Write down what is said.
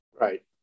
Right